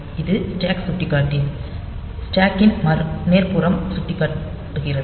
இது ஸ்டாக் சுட்டிக்காட்டி ஸ்டாக் கின் மேற்புறத்தைச் சுட்டிக்காட்டுகிறது